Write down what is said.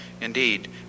indeed